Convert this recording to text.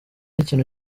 ikintu